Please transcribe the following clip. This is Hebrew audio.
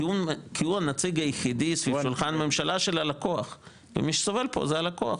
כי הוא הנציג היחידי סביב שולחן הממשלה של הלקוח ומי שסובל פה זה הלקוח.